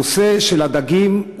הנושא של הדגים,